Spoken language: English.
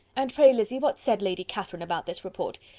and pray, lizzy, what said lady catherine about this report?